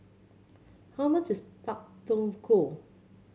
how much is Pak Thong Ko